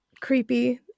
creepy